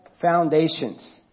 foundations